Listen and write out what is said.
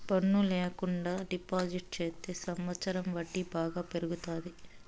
పన్ను ల్యాకుండా డిపాజిట్ చెత్తే సంవచ్చరం వడ్డీ బాగా పెరుగుతాది